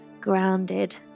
grounded